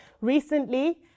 Recently